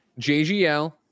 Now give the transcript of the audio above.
JGL